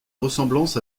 ressemblance